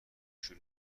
شور